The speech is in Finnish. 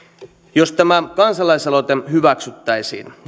jos tämä kansalaisaloite hyväksyttäisiin